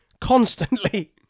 Constantly